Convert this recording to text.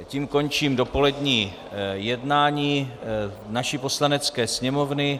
Tím končím dopolední jednání naší Poslanecké sněmovny.